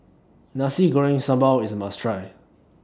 Nasi Goreng Sambal IS A must Try